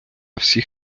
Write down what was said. всіх